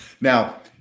Now